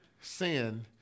Sin